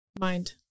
mind